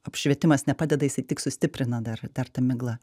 apšvietimas nepadeda jisai tik sustiprina dar dar tą miglą